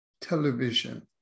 television